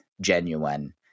genuine